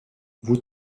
vous